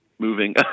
Moving